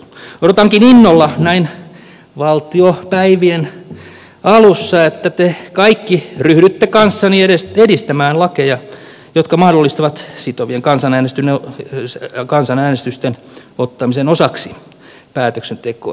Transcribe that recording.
odotankin innolla näin valtiopäivien alussa että te kaikki ryhdytte kanssani edistämään lakeja jotka mahdollistavat sitovien kansanäänestysten ottamisen osaksi päätöksentekoa